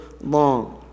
long